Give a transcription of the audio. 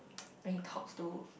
when he talks to